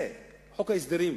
זה חוק ההסדרים.